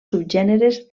subgèneres